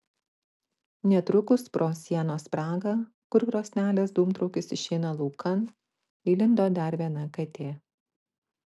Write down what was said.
netrukus pro sienos spragą kur krosnelės dūmtraukis išeina laukan įlindo dar viena katė